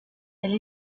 elle